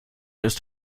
ist